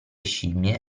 scimmie